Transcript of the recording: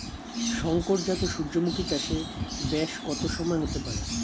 শংকর জাত সূর্যমুখী চাসে ব্যাস কত সময় হতে পারে?